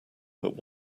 but